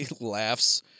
laughs